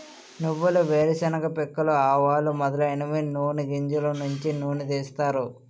నువ్వులు వేరుశెనగ పిక్కలు ఆవాలు మొదలైనవి నూని గింజలు నుంచి నూనె తీస్తారు